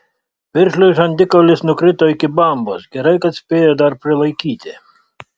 piršliui žandikaulis nukrito iki bambos gerai kad spėjo dar prilaikyti